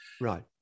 right